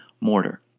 mortar